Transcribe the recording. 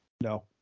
No